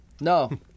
no